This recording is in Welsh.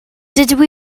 dydw